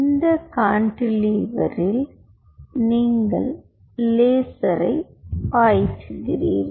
இந்த கான்டிலீவரில் நீங்கள் லேசரைப் பாய்ச்சுகிறீர்கள்